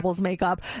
makeup